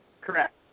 Correct